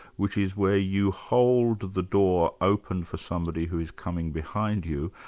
which is where you hold the door open for somebody who's coming behind you,